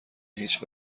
هیچ